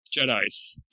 Jedi's